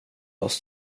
oss